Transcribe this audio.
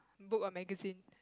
book or magazine